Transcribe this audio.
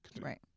Right